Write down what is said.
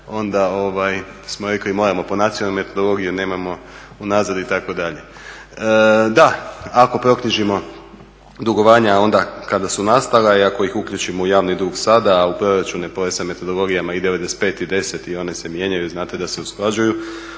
onda smo rekli da moramo po nacionalnoj metodologiji jer nemojmo u nazad itd. Da ako proknjižimo dugovanja onda kada su nastala i ako ih uključimo u javni dug sada, a u proračune po ESA metodologijama i 95 i 10, i one se mijenjaju, znate da se usklađuju,